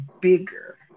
bigger